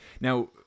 now